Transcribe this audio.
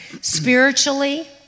spiritually